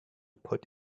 put